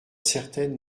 certaines